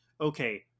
okay